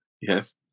Yes